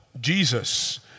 Jesus